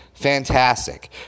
fantastic